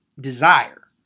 desire